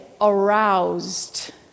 aroused